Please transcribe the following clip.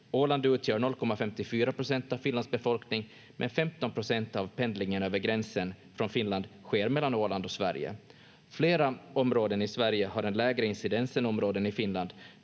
Åland utgör 0,54 procent av Finlands befolkning, men 15 procent av pendlingen över gränsen från Finland sker mellan Åland och Sverige. Flera områden i Sverige har en lägre incidens än områden i Finland.